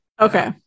okay